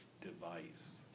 device